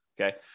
Okay